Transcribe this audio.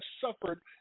suffered